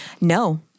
No